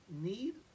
need